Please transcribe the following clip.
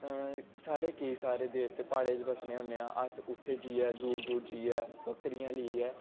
अअअ साढ़े केईं सारे देवते प्हाड़ें च बस्सने होने आं अस उ'त्थें जाइयै दूर दूर जाइयै बक्करियां लेइयै